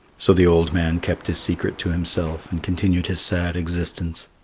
so the old man kept his secret to himself and continued his sad existence.